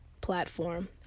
platform